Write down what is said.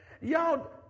Y'all